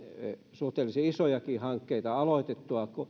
suhteellisen isojakin hankkeita aloitettua